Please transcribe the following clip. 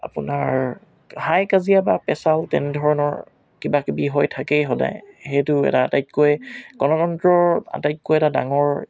আপোনাৰ হাই কাজিয়া বা পেচাল তেনেধৰণৰ কিবাকিবি হৈ থাকেই সদায় এইটো এটা আটাইতকৈ গণতন্ত্ৰৰ আটাইতকৈ এটা ডাঙৰ